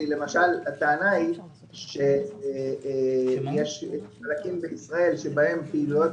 הטענה למשל שיש חלקים בישראל שבהם פעילויות